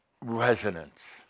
resonance